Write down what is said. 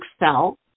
excel